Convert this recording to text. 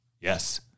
Yes